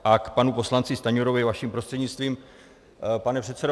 A k panu poslanci Stanjurovi vaším prostřednictvím, pane předsedo.